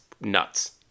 nuts